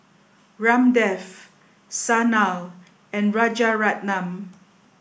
Ramdev Sanal and Rajaratnam